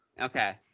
Okay